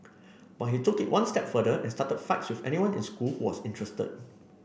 but he took it one step further and started fights with anyone in school who was interested